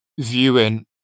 viewing